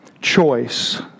choice